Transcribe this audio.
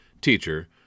Teacher